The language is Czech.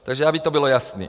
Takže aby to bylo jasné.